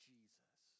Jesus